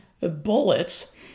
bullets